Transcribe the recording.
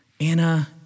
Anna